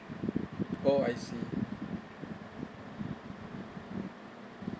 oh I see